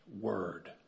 word